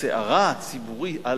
שהסערה הציבורית,